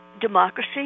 democracy